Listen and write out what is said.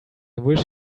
wish